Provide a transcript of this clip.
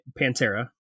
Pantera